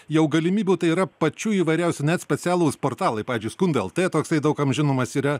jau galimybių tai yra pačių įvairiausių net specialūs portalai pavyzdžiui skundai lt toksai daug kam žinomas yra